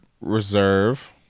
Reserve